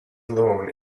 alone